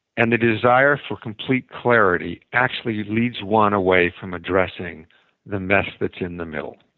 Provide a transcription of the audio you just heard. and the desire for complete clarity actually leads one away from addressing the mess that's in the middle.